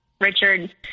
Richard